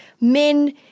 men